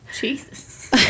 Jesus